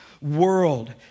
world